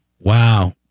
Wow